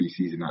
preseason